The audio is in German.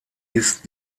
ist